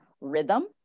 rhythm